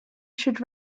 should